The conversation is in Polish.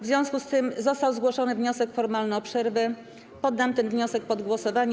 W związku z tym, że został zgłoszony wniosek formalny o przerwę, poddam ten wniosek pod głosowanie.